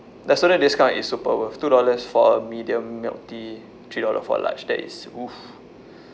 the student discount is super worth two dollars for a medium milk tea three dollar for large that is !oof!